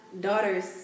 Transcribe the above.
daughter's